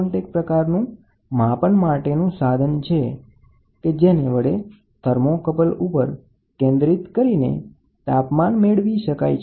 તો આનો ફાયદો એ છે કે તે સંપૂર્ણ પણે નોન કોન્ટેક પ્રકારનું માપન માટેનું સાધન છે તેને થર્મોકપલ ઉપર કેંદ્રિત કરીને તાપમાન મેળવી શકાય છે